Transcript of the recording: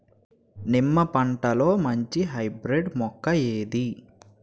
నిమ్మ పంటలో మంచి హైబ్రిడ్ మొక్క ఏది?